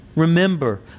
Remember